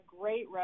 great